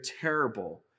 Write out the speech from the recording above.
terrible